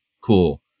cool